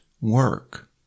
Work